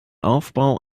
aufbau